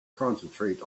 concentrate